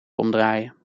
omdraaien